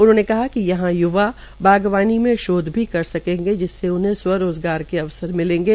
उन्होंने कहा कि यहां युवाबागवानी में शोध भी कर सकेंगे जिससे उन्हें स्व रोज़गार के अवसर मिलेंगे